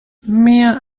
mehr